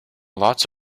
lots